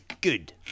Good